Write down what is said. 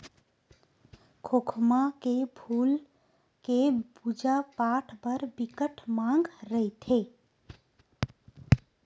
खोखमा के फूल के पूजा पाठ बर बिकट मांग रहिथे